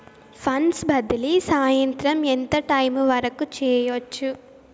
funds బదిలీ సాయంత్రం ఎంత టైము వరకు చేయొచ్చు